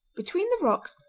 between the rocks,